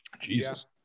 Jesus